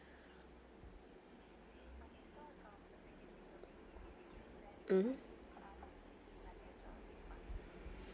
mmhmm